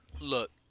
Look